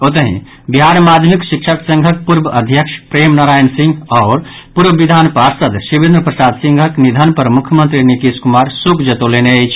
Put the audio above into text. ओतहि बिहार माध्यमिक शिक्षक संघक पूर्व अध्यक्ष प्रेम नारायण सिंह आओर पूर्व विधान पार्षद शिवेन्द्र प्रसाद सिंहक निधन पर मुख्यमंत्री नीतीश कुमार शोक जतौलनि अछि